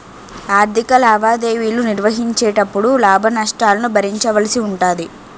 ఆర్ధిక లావాదేవీలు నిర్వహించేటపుడు లాభ నష్టాలను భరించవలసి ఉంటాది